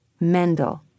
Mendel